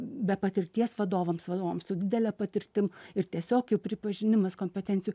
be patirties vadovams vadovams su didele patirtim ir tiesiog jų pripažinimas kompetencijų